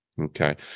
Okay